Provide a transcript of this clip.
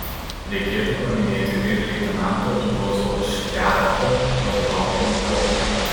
reikėtų paminėti ir leitenanto juozo šliarpo vadovaujamą kuopą